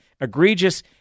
egregious